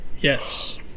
Yes